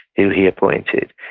who he appointed.